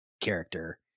character